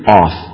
off